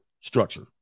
structure